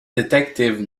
detective